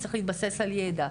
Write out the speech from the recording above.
צריך להתבסס על ידע.